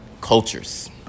cultures